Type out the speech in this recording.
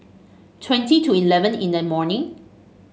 twenty to eleven in the morning